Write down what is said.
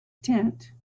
tent